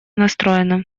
настроена